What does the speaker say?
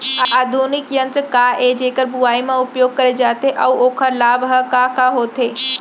आधुनिक यंत्र का ए जेकर बुवाई म उपयोग करे जाथे अऊ ओखर लाभ ह का का होथे?